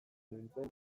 nintzen